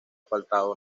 faltado